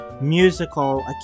musical